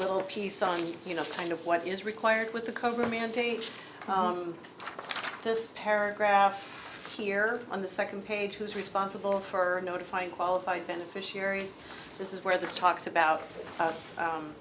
little piece on you know kind of what is required with the cover this paragraph here on the second page who is responsible for notifying qualified beneficiaries this is where this talks about